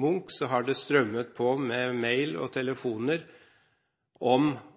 Munch, har det strømmet på med mailer og telefoner om